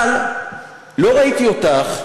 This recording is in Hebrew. אבל לא ראיתי אותך,